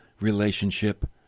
relationship